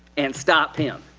and stop him.